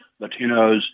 Latinos